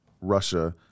Russia